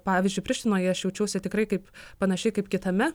pavyzdžiui prištinoje aš jaučiausi tikrai kaip panašiai kaip kitame